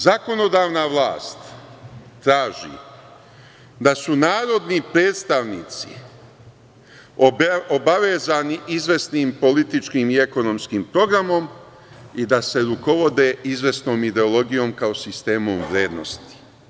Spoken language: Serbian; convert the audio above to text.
Zakonodavna vlast traži da su narodni predstavnici obavezani izvesnim političkim i ekonomskim programom i da se rukovode izvesnom ideologijom kao sistemom vrednosti.